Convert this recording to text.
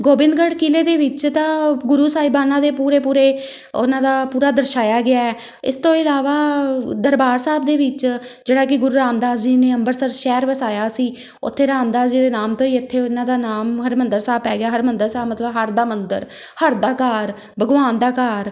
ਗੋਬਿੰਦਗੜ੍ਹ ਕਿਲ੍ਹੇ ਦੇ ਵਿੱਚ ਤਾਂ ਗੁਰੂ ਸਾਹਿਬਾਨਾਂ ਦੇ ਪੂਰੇ ਪੂਰੇ ਉਹਨਾਂ ਦਾ ਪੂਰਾ ਦਰਸਾਇਆ ਗਿਆ ਇਸ ਤੋਂ ਇਲਾਵਾ ਦਰਬਾਰ ਸਾਹਿਬ ਦੇ ਵਿੱਚ ਜਿਹੜਾ ਕਿ ਗੁਰੂ ਰਾਮਦਾਸ ਜੀ ਨੇ ਅੰਮ੍ਰਿਤਸਰ ਸ਼ਹਿਰ ਵਸਾਇਆ ਸੀ ਉੱਥੇ ਰਾਮਦਾਸ ਜੀ ਦੇ ਨਾਮ ਤੋਂ ਹੀ ਇੱਥੇ ਉਹਨਾਂ ਦਾ ਨਾਮ ਹਰਿਮੰਦਰ ਸਾਹਿਬ ਪੈ ਗਿਆ ਹਰਿਮੰਦਰ ਸਾਹਿਬ ਮਤਲਬ ਹਰ ਦਾ ਮੰਦਰ ਹਰ ਦਾ ਘਰ ਭਗਵਾਨ ਦਾ ਘਰ